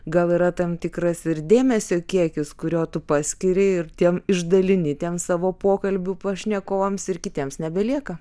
gal yra tam tikras ir dėmesio kiekis kurio tu paskiri ir tiem išdalini ten savo pokalbių pašnekovams ir kitiems nebelieka